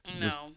No